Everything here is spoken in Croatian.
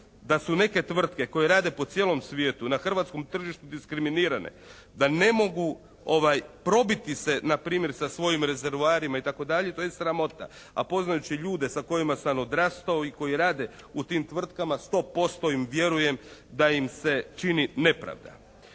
da su neke tvrtke koje rade po cijelom svijetu na hrvatskom tržištu diskriminirane, da ne mogu probiti se na primjer sa svojim rezervoarima i tako dalje, to je sramota. A poznajući ljude sa kojima sam odrastao i koji rade u tim tvrtkama sto posto im vjerujem da im se čini nepravda.